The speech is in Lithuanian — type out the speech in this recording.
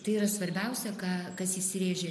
tai yra svarbiausia ką kas įsirėžė